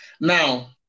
Now